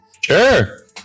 Sure